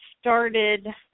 started